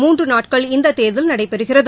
மூன்று நாட்கள் இந்த தேர்தல் நடைபெறுகிறது